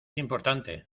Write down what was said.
importante